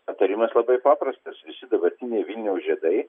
patarimas labai paprastas visi dabartiniai vilniaus žiedai